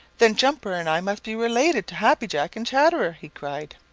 then jumper and i must be related to happy jack and chatterer, he cried.